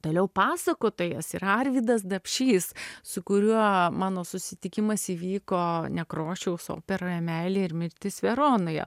toliau pasakotojas yra arvydas dapšys su kuriuo mano susitikimas įvyko nekrošiaus operoje meilė ir mirtis veronoje